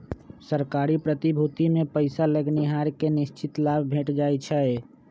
सरकारी प्रतिभूतिमें पइसा लगैनिहार के निश्चित लाभ भेंट जाइ छइ